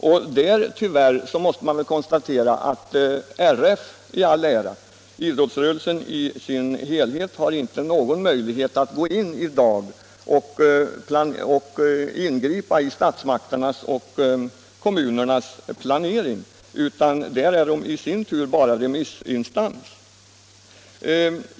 Tyvärr måste man då konstatera — RF i all ära — att idrottsrörelsen i sin helhet i dag inte har någon möjlighet att ingripa i statsmakternas och kommunernas planering. RF är bara en remissinstans.